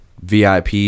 vip